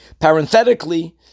parenthetically